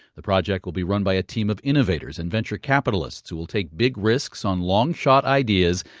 the project will be run by a team of innovators and venture capitalists who will take big risks on long-shot ideas,